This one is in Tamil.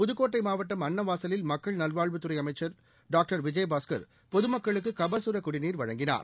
புதுக்கோட்டை மாவட்டம் அன்னவாசலில் மக்கள் நல்வாழ்வுத்துறை அசைமச்ள் டாக்டர் விஜயபாஸ்கர் பொதுமக்களுக்கு கபசுர குடிநீா வழங்கினார்